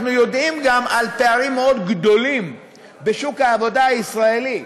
אנחנו יודעים גם על פערים מאוד גדולים בשוק העבודה הישראלי,